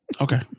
Okay